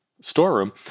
storeroom